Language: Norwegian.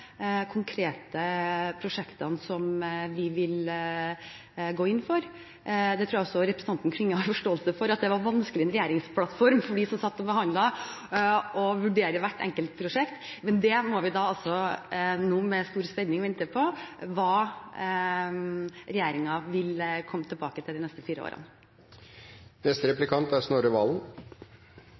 konkrete prosjektene vi vil gå inn for. Jeg tror også representanten Klinge har forståelse for at det var vanskelig i en regjeringsplattform, for dem som satt og forhandlet, å vurdere hvert enkeltprosjekt. Men nå må vi med stor spenning vente på hva regjeringen vil komme tilbake til de neste fire årene. Jeg tror det er